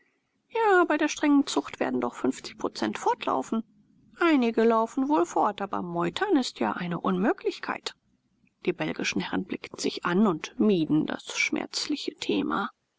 ja bei der strengen zucht werden doch fünfzig prozent fortlaufen einige laufen wohl fort aber meutern ist ja eine unmöglichkeit die belgischen herren blickten sich an und mieden das schmerzliche thema